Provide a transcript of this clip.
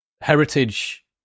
heritage